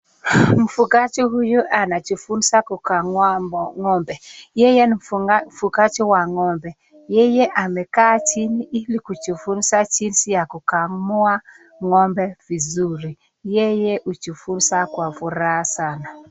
Mfukaji huyu anajifunza kukamua , yeye ni mfukaji wa ngo'mbe yeye as mekaa chini hili kujifunza jinzi kukamua ngo'mbe vizuri, yeye ujifunza kwa furaha sana.